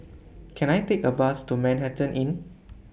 Can I Take A Bus to Manhattan Inn